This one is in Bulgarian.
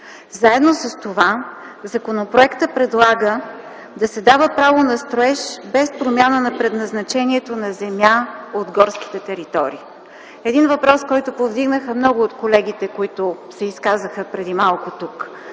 заедно с това законопроектът предлага да се дава право на строеж без промяна на предназначението на земя от горските територии. Един въпрос, който повдигнаха много от колегите, които се изказаха преди малко тук.